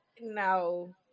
No